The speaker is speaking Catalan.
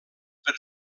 per